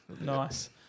nice